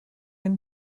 and